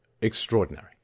extraordinary